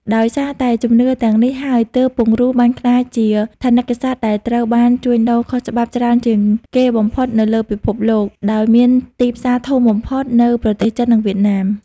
ដោយសារតែជំនឿទាំងនេះហើយទើបពង្រូលបានក្លាយជាថនិកសត្វដែលត្រូវបានជួញដូរខុសច្បាប់ច្រើនជាងគេបំផុតនៅលើពិភពលោក ដោយមានទីផ្សារធំបំផុតនៅប្រទេសចិន និងវៀតណាម។